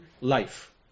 life